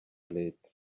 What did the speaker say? leta